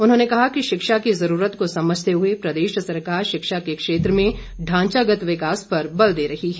उन्होंने कहा कि शिक्षा की ज़रूरत को समझते हुए प्रदेश सरकार शिक्षा के क्षेत्र में ढांचागत विकास पर बल दे रही है